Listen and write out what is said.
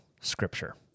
Scripture